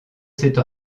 cette